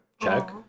Check